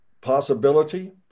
possibility